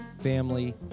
family